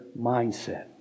mindset